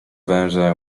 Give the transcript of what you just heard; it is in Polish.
węże